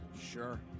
Sure